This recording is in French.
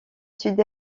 sud